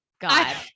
God